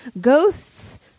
ghosts